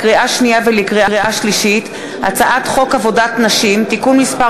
לקריאה שנייה ולקריאה שלישית: הצעת חוק עבודת נשים (תיקון מס'